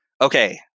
okay